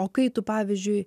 o kai tu pavyzdžiui